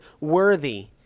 worthy